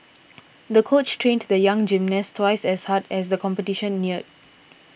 the coach trained the young gymnast twice as hard as the competition neared